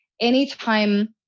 anytime